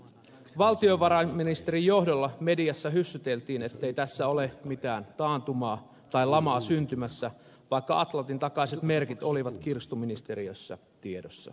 valtiovarainministerin johdolla mediassa hyssyteltiin ettei tässä ole mitään taantumaa tai lamaa syntymässä vaikka atlantin takaiset merkit olivat kirstuministeriössä tiedossa